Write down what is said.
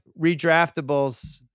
redraftables